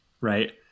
right